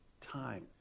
time